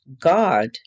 God